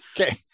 Okay